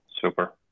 Super